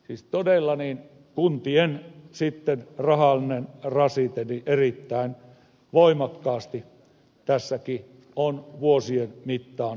siis todella kuntien rahallinen rasite erittäin voimakkaasti tässäkin on vuosien mittaan kasvanut